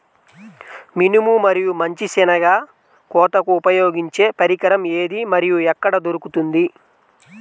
మినుము మరియు మంచి శెనగ కోతకు ఉపయోగించే పరికరం ఏది మరియు ఎక్కడ దొరుకుతుంది?